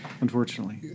Unfortunately